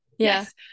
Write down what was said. Yes